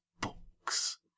books